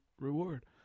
reward